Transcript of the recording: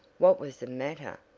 what was the matter?